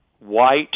white